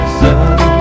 sun